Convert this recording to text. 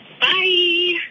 Bye